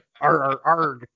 arg